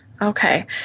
Okay